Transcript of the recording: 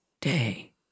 day